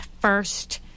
first